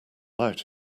out